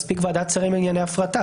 מספיק ועדת שרים לענייני הפרטה,